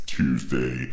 tuesday